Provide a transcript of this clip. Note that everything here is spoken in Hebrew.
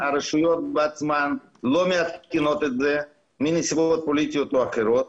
הרשויות בעצמן לא מעדכנות את זה מסיבות פוליטיות או אחרות.